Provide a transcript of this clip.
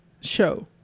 show